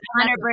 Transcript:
hundred